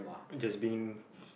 just being